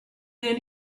then